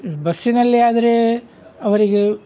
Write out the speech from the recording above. ಬಸ್ಸಿನಲ್ಲಿ ಆದರೆ ಅವರಿಗೆ